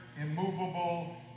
immovable